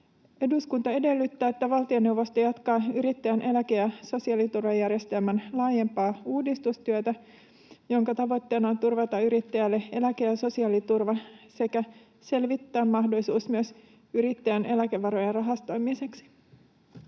”Eduskunta edellyttää, että valtioneuvosto jatkaa yrittäjän eläke- ja sosiaaliturvajärjestelmän laajempaa uudistustyötä, jonka tavoitteena on turvata yrittäjälle eläke- ja sosiaaliturva sekä selvittää mahdollisuus myös yrittäjien eläkevarojen rahastoimiseksi.”